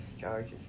charges